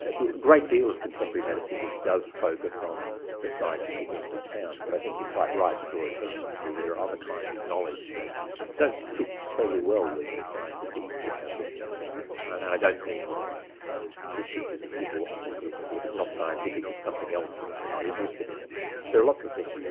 ah great deal of contemporary metaphysics does focus on the scientific end of town, but i think you're quite right to draw attention to. there are other kinds of knowledge that don't fit terribly well with the scientific way of looking at things. i don't mean you know mysticism. people will often sort of think well if it's not scientific, it's something else, and we're not interested in it. but there are lots of things, and